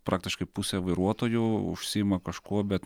praktiškai pusė vairuotojų užsiima kažkuo bet